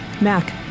Mac